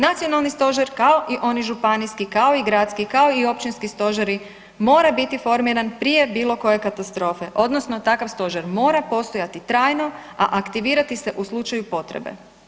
Nacionalni stožer, kao i oni županijski, kao i gradski, kao i općinski stožeri mora biti formiran prije bilo koje katastrofe, odnosno takav stožer mora postojati trajno, a aktivirati se u slučaju potrebe.